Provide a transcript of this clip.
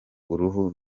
uruhu